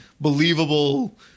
believable